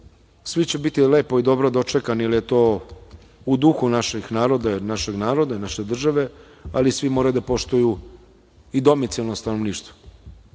svi će biti lepo i dobro dočekani, jer je to u duhu našeg naroda, naše države, ali svi moraju da poštuju i domicilno stanovništvo